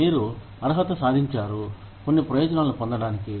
మీరు అర్హత సాధించారు కొన్ని ప్రయోజనాలు పొందడానికి